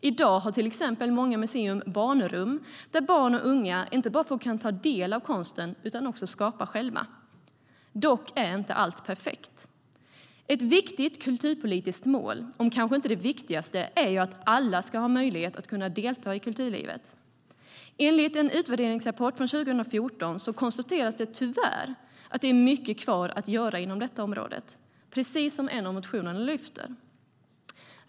I dag har många museer till exempel barnrum där barn och unga inte bara får ta del av konsten utan också skapa själva. Dock är inte allt perfekt. Ett viktigt kulturpolitiskt mål, om än kanske inte det viktigaste, är att alla ska ha möjlighet att delta i kulturlivet. Enligt en utvärderingsrapport från 2014 konstateras det tyvärr att det finns mycket kvar att göra inom detta område, precis som en av motionerna lyfter fram.